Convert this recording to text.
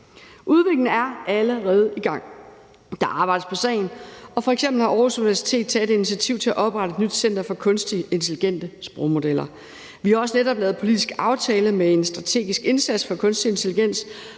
Udviklingen er allerede i gang. Der arbejdes på sagen, og f.eks. har Aarhus Universitet taget initiativ til at oprette et nyt center for kunstigt intelligente sprogmodeller. Vi har også netop lavet en politisk aftale om en strategisk indsats for kunstig intelligens,